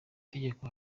itegeko